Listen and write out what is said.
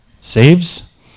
saves